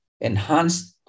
enhanced